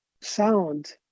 sound